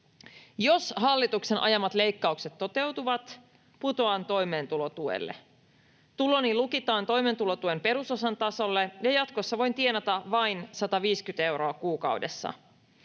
Jos hallituksen ajamat leikkaukset toteutuvat, putoan toimeentulotuelle. Tuloni lukitaan toimeentulotuen perusosan tasolle, ja jatkossa voin tienata vain 150 euroa kuukaudessa.